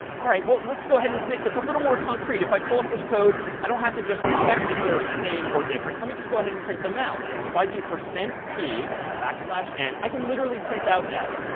all right. well, let's go ahead and make this a little more concrete. if i pull up this code, i don't have to just check if they're same or different, let me just go ahead and print them out. if i do percent p backslash n, i can literally print out s.